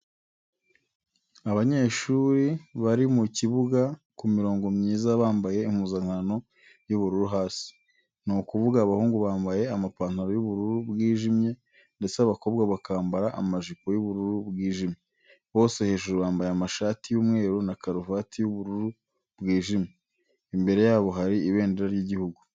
Abanyeshuri bari mu kibuga ku mirongo myiza bambaye impuzankano y'ubururu hasi; ni ukuvuga abahungu bambaye amapantaro y'ubururu bwijimye ndetse abakobwa bakambara amajipo y'ubururu bwijimye. Bose hejuru bambaye amashati y'umweru na karuvati y'ubururu bwijimye. Imbere yabo hari ibendera ry'Igihugu.